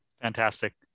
Fantastic